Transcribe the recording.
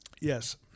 Yes